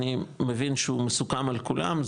אני מבין שהוא מסוכם על כולם,